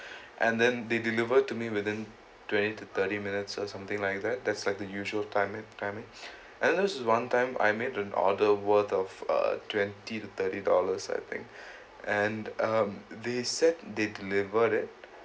and then they deliver to me within twenty to thirty minutes or something like that that's like the usual timing timing and then there's one time I made an order worth of uh twenty to thirty dollars I think and um they said they delivered it